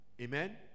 Amen